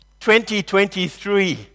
2023